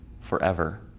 forever